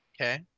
Okay